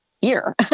year